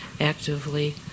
actively